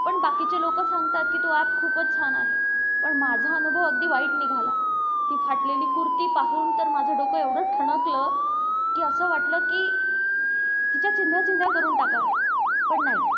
पण बाकीचे लोक सांगतात की तो ॲप खूपच छान आहे पण माझा अनुभव अगदी वाईट निघाला ती फाटलेली कुर्ती पाहून तर माझं डोकं एवढं ठणकलं की असं वाटलं की तिच्या चिंध्या चिंध्या करून टाकाव्या पण नाही